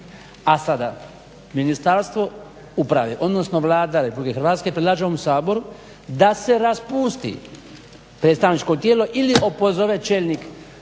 A sada Ministarstvo uprave, odnosno Vlada RH predlaže ovom Saboru da se raspusti predstavničko tijelo ili opozove čelnik jedinice